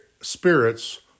spirits